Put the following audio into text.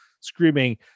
screaming